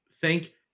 thank